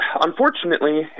unfortunately